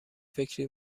فکری